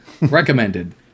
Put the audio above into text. Recommended